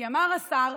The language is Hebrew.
כי אמר השר: